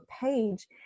page